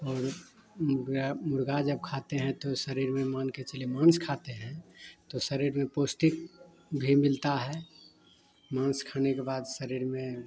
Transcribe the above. और मुर्गा मुर्गा जब खाते हैं तो शरीर में मान कर चलिए माँस खाते हैं तो शरीर में पौष्टिक भी मिलता है माँस खाने के बाद शरीर में